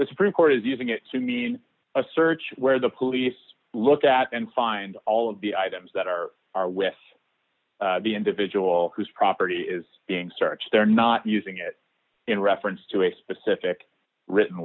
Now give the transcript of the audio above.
the supreme court is using it to mean a search where the police look at and find all of the items that are are with the individual whose property is being searched they're not using it in reference to a specific written